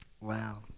wow